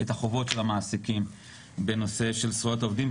את החובות של המעסיקים בנושא של זכויות עובדים,